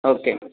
okay